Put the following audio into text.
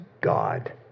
God